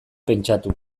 pentsatu